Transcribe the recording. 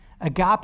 Agape